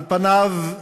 על פניו,